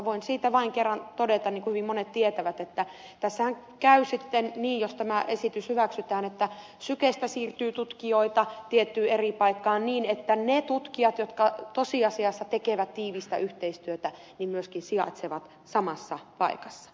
voin siitä vain todeta niin kuin hyvin monet tietävät että tässähän käy sitten niin jos tämä esitys hyväksytään että sykestä siirtyy tutkijoita tiettyyn eri paikkaan niin että ne tutkijat jotka tosiasiassa tekevät tiivistä yhteistyötä myöskin sijaitsevat samassa paikassa